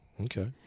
Okay